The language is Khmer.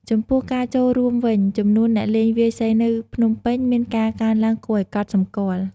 ចំពោះការចូលរួមវិញ ចំនួនអ្នកលេងវាយសីនៅភ្នំពេញមានការកើនឡើងគួរឲ្យកត់សម្គាល់។